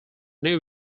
new